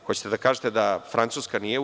Hoćete da kažete da Francuska nije u EU?